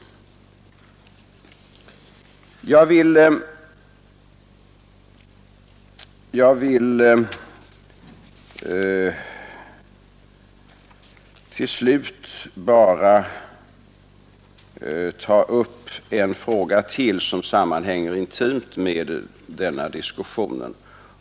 Jag vill till slut bara ta upp en fråga till som sammanhänger intimt med denna diskussion.